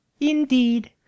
Indeed